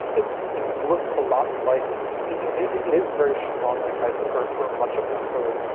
it you know looks a lot like you know it is very strongly typed and for for much of the code,